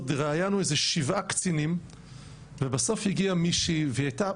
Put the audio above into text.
וראיינו איזה שבעה קצינים ובסוף הגיעה מישהי והיא הייתה